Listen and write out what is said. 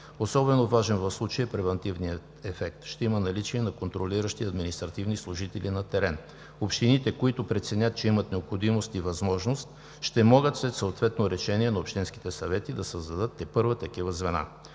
Особено важен в случая е превантивният ефект – ще има наличие на контролиращи административни служители на терени. Общините, които преценят, че имат необходимост и възможност, ще могат след съответно решение на общинските съвети да създадат тепърва такива звена.